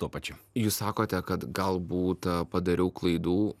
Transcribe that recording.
tuo pačiu jūs sakote kad gal būt padariau klaidų